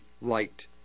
light